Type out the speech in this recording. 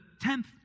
tenth